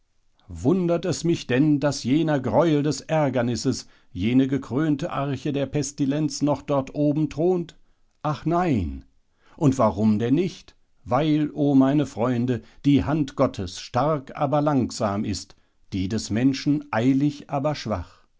wundert es mich denn daß jener greuel des ärgernisses jene gekrönte arche der pestilenz noch dort oben thront ach nein und warum denn nicht weil o meine freunde die hand gottes stark aber langsam ist die des menschen eilig aber schwach